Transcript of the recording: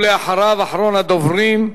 ואחריו, אחרון הדוברים,